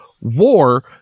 War